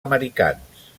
americans